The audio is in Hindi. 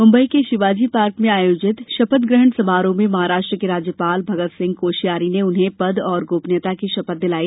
मुंबई के शिवाजी पार्क में आयोजित शपथ ग्रहण समारोह में महाराष्ट्र के राज्यपाल भगत सिंह कोशयारी ने उन्हें पद और गोपनीयता की शपथ दिलाई